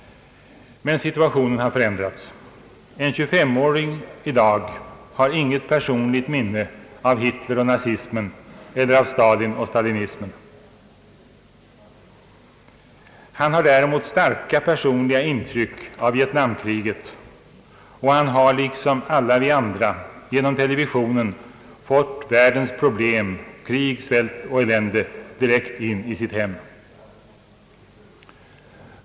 Men situationen har förändrats. En 25-åring i dag har inte personligt minne av Hitler och nazismen eller av Stalin och stalinismen. Han har däremot starka personliga intryck av Vietnamkriget, och han har liksom alla vi andra genom televisionen fått världens problem, krig, svält och elände direkt in i sitt hem.